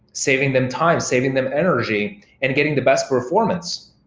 saving them time, saving them energy and getting the best performance.